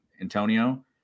Antonio